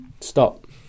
stop